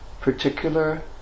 particular